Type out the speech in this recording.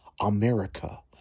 America